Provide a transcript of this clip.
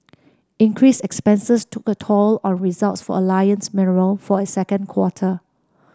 increased expenses took a toll on results for Alliance Mineral for it second quarter